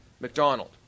McDonald